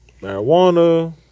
marijuana